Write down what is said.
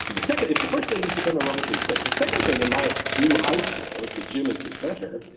so the second, if the first thing is become aerobically fit, the second thing in my new high school if the gym is the center,